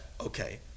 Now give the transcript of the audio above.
Okay